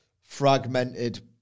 fragmented